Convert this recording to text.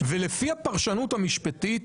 ולפי הפרשנות המשפטית,